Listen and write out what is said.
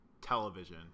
television